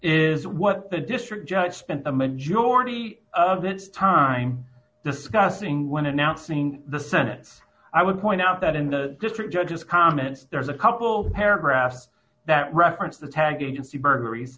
is what the district judge spent the majority of that time discussing when announcing the senate i would point out that in the district judge's comments there's a couple paragraphs that referenced the tag agency burglaries